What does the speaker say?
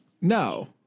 No